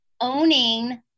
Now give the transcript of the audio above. owning